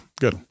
good